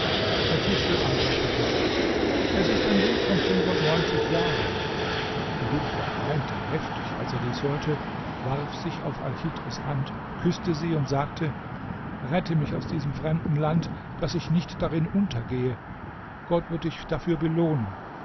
antwortete es ist ein weg von fünfundneunzig jahren bulukia weinte heftig als er dies hörte warf sich auf alchidhrs hand küßte sie und sagte rette mich aus diesem fremden land daß ich nicht darin untergehe gott wird dich dafür belohnen